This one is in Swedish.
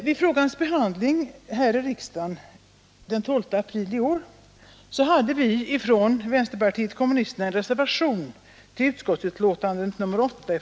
Vid frågans behandling här i riksdagen den 12 april i år hade vi från vänsterpartiet kommunisterna en reservation till kulturutskottets betänkande nr 8.